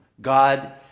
God